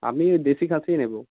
আমি দেশি খাসিই নেব